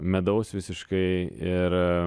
medaus visiškai ir